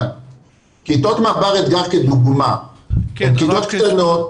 אבל כיתות מב"ר אתגר כדוגמה, הן כיתות קטנות,